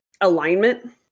Alignment